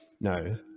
no